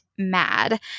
mad